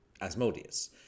Asmodeus